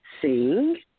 sing